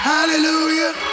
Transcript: Hallelujah